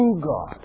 God